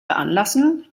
veranlassen